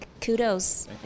kudos